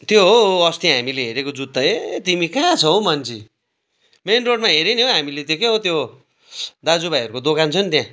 त्यो हौ अस्ति हामीले हेरेको जुत्ता ए तिमी कहाँ छौ मान्छे मेन रोडमा हेरेँ नि हौ हामीले त्यो क्या हो त्यो दाजु भाइहरूको दोकान छ नि त्यहाँ